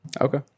okay